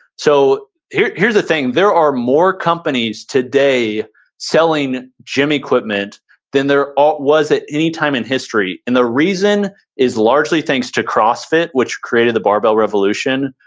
so here's here's the thing, there are more companies today selling gym equipment than there ah was at any time in history and the reason is largely thanks to crossfit, which created the barbell revolution,